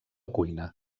cuina